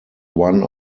one